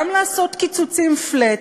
גם לעשות קיצוצים flat,